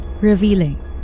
Revealing